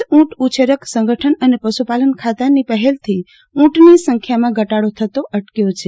કચ્છ ઊંટ ઉછેરક સંગફન અને પશુપાલન ખાતાની પહેલથી ઊંટની સંખ્યામાં ઘટાડો થતો અટક્યો છે